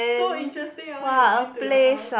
so interesting ah all you been to your house